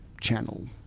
channel